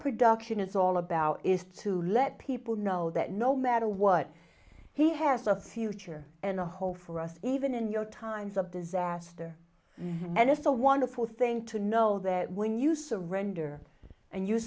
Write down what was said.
production is all about is to let people know that no matter what he has a future and a hope for us even in your times of disaster and it's a wonderful thing to know that when you surrender and you